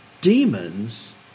demons